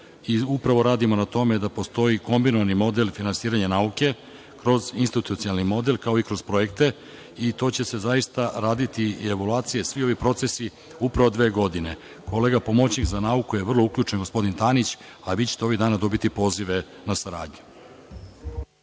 Upravo radimo na tome da postoji kombinovani model finansiranja nauke kroz institucionalni model, kao i kroz projekte i to će se zaista raditi, i evaluacije, svi ovi procesi upravo dve godine. Kolega pomoćnik za nauku je vrlo uključen, gospodin Tanić, a vi ćete ovih dana dobiti pozive na saradnju.